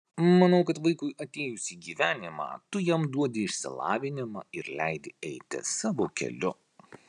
manau kad vaikui atėjus į gyvenimą tu jam duodi išsilavinimą ir leidi eiti savo keliu